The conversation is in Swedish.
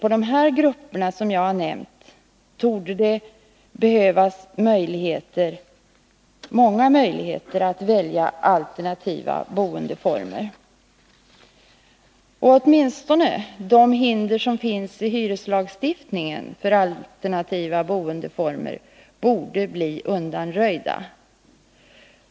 Bara de grupper som jag här har nämnt torde behöva många möjligheter att välja alternativa boendeformer. Åtminstone de hinder för alternativa boendeformer som finns i hyreslagstiftningen borde bli undanröjda.